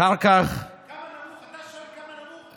אחר כך אתה שואל כמה נמוך?